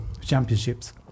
championships